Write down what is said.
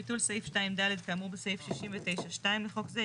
ביטול סעיף 2(ד) כאמור בסעיף 69(2) לחוק זה,